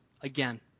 again